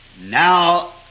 now